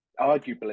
arguably